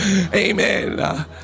Amen